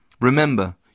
Remember